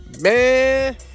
Man